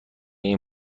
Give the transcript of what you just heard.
این